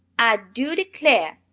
i do declar',